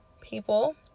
people